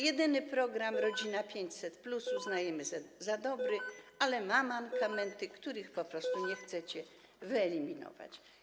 Jedynie program „Rodzina 500+” uznajemy za dobry, ale ma on mankamenty, których po prostu nie chcecie wyeliminować.